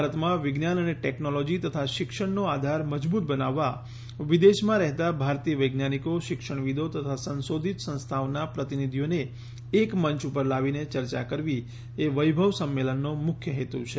ભારતમાં વિજ્ઞાન અને ટેકનોલોજી તથા શિક્ષણનો આધાર મજબૂત બનાવવા વિદેશમાં રહેતાં ભારતીય વૈજ્ઞાનિકો શિક્ષણવિદો તથા સંશોધીત સંસ્થાઓનાં પ્રતિનિધીઓને એક મંય ઉપર લાવીને ચર્ચા કરવી એ વૈભવ સંમેલનનો મુખ્ય હેતું છે